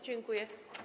Dziękuję.